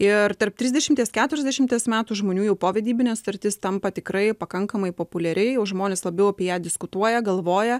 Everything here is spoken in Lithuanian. ir tarp trisdešimties keturiasdešimties metų žmonių jau povedybinė sutartis tampa tikrai pakankamai populiari jau žmonės labiau apie ją diskutuoja galvoja